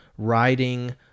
riding